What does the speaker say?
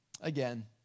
Again